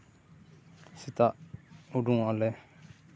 ᱥᱮᱛᱟᱜ ᱩᱰᱩᱠᱚᱜ ᱟᱞᱮ